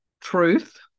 truth